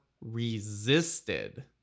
resisted